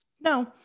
No